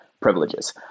privileges